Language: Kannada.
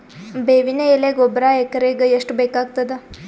ಬೇವಿನ ಎಲೆ ಗೊಬರಾ ಎಕರೆಗ್ ಎಷ್ಟು ಬೇಕಗತಾದ?